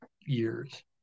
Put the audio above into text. years